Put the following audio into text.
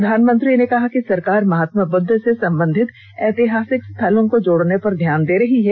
प्रधानमंत्री ने कहा कि सरकार महात्मा बुद्ध से संबंधित ऐतिहासिक स्थलों को जोडने पर ध्यान दे रही है